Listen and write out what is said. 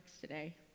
today